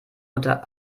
unter